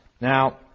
Now